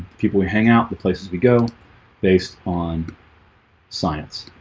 people who hang out the places we go based on science